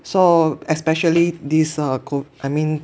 so especially these err CO~ I mean